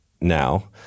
now